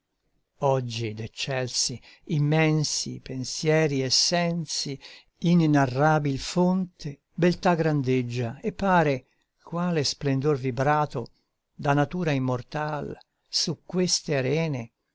nostro oggi d'eccelsi immensi pensieri e sensi inenarrabil fonte beltà grandeggia e pare quale splendor vibrato da natura immortal su queste arene